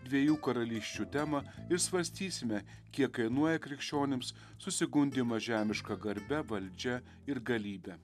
dviejų karalysčių temą ir svarstysime kiek kainuoja krikščionims susigundymas žemiška garbe valdžia ir galybė